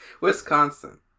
Wisconsin